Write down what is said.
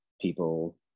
people